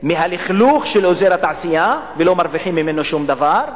מהלכלוך של אזור התעשייה ולא מרוויחים ממנו שום דבר.